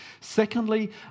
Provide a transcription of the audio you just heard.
Secondly